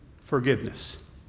forgiveness